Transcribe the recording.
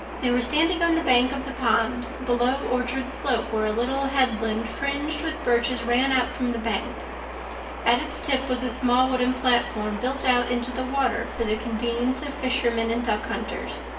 they were standing on the bank of the pond, below orchard slope, where a little headland fringed with birches ran out from the bank at its tip was a small wooden platform built out into the water for the convenience of fishermen and duck hunters.